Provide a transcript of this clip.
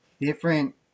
different